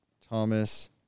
Thomas